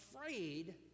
afraid